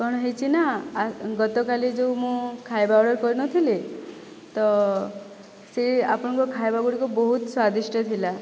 କ'ଣ ହୋଇଛି ନା ଗତକାଲି ଯେଉଁ ମୁଁ ଖାଇବା ଅର୍ଡ଼ର କରିନଥିଲି ତ ସେ ଆପଣଙ୍କ ଖାଇବା ଗୁଡ଼ିକ ବହୁତ ସ୍ଵାଦିଷ୍ଟ ଥିଲା